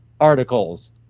articles